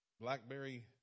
Blackberry